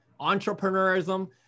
entrepreneurism